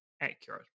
accurate